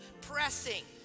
pressing